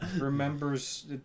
Remembers